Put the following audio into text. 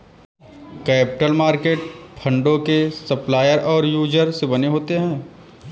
capital market फंडों के supplier और यूजर से बने होते हैं